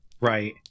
right